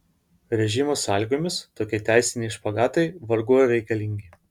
režimo sąlygomis tokie teisiniai špagatai vargu ar reikalingi